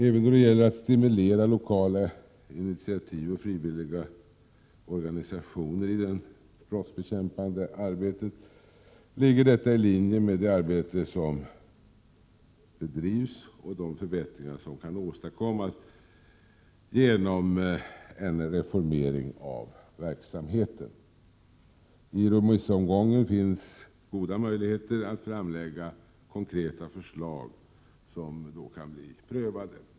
Även då det gäller att stimulera lokala initiativ och frivilliga organisationer i det brottsbekämpande arbetet ligger detta i linje med det arbete som bedrivs och de förbättringar som kan åstadkommas genom en reformering av verksamheten. I remissomgången finns goda möjligheter att framlägga konkreta förslag som kan bli prövade.